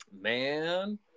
Man